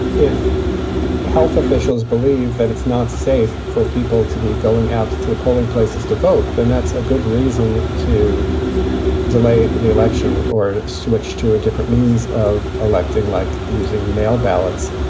if health officials believe that it's not safe for people to be going out to the polling places to vote, then that's a good reason to delay the election or switch to a different means of electing like using mail ballots.